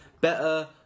better